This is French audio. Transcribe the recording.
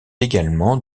également